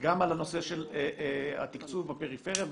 גם על הנושא של התקצוב בפריפריה,